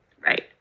right